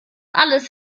alles